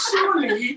Surely